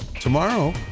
tomorrow